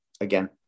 again